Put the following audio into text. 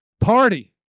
party